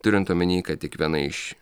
turint omeny kad tik viena iš